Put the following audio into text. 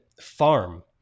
farm